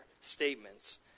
statements